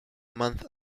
month